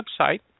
website